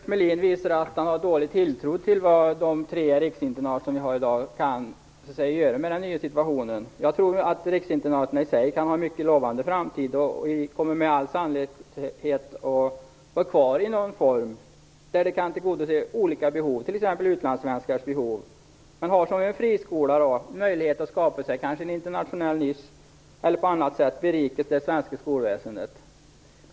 Fru talman! Ulf Melin visar att han har dålig tilltro till vad de tre riksinternat som i dag finns kan göra i den nya situationen. Jag tror att riksinternaten i sig kan ha en mycket lovande framtid. Med all säkerhet kommer de att finnas kvar i någon form, så att olika behov kan tillgodoses t.ex. när det gäller utlandssvenskars behov. Som friskola har riksinternatet möjlighet att kanske skapa sig en internationell nisch eller att på annat sätt berika det svenska skolväsendet.